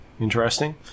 interesting